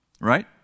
right